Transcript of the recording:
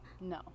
no